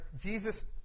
Jesus